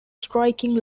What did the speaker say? striking